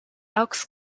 elks